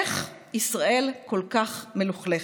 איך ישראל כל כך מלוכלכת?